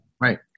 right